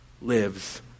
lives